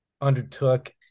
undertook